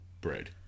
bread